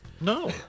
No